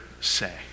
say